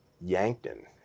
Yankton